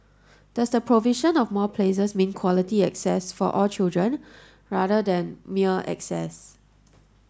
does the provision of more places mean quality access for all children rather than mere access